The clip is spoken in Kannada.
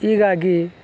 ಹೀಗಾಗಿ